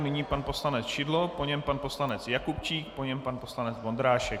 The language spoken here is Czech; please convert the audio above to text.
Nyní pan poslanec Šidlo, po něm pan poslanec Jakubčík, po něm pan poslanec Vondrášek.